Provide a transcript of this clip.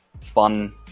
fun